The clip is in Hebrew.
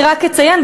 אני רק אציין,